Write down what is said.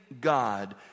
God